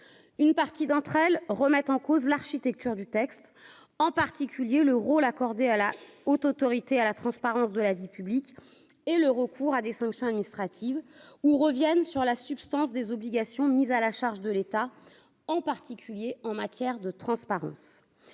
une partie d'entre elles remettent en cause l'architecture du texte, en particulier le rôle accordé à la Haute autorité à la transparence de la vie publique et le recours à des sanctions administratives ou reviennent sur la substance des obligations mises à la charge de l'État, en particulier en matière de transparence,